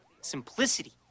Simplicity